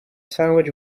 sandwich